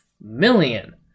million